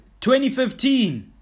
2015